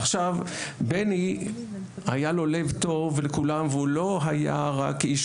עכשיו בני היה לו לב טוב לכולם והוא לא היה רק איש